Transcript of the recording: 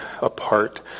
apart